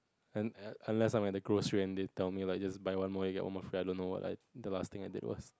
and um unless I'm at the grocery and they tell me like just buy one more you get one more I don't know what I the last thing I did was